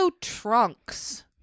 trunks